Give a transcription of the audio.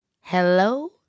Hello